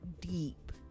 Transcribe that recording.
deep